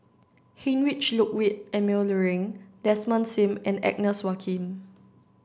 Heinrich Ludwig Emil Luering Desmond Sim and Agnes Joaquim